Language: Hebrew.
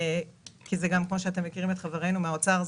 כי זה לא דבר שקל לחברנו מהאוצר.